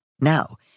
Now